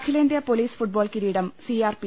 അഖിലേന്ത്യാ police football കിരീടം C R P എഫിന്